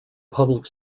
public